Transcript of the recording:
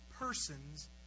persons